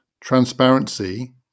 Transparency